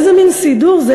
איזה מין סידור זה,